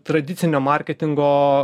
tradicinio marketingo